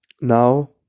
now